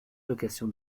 location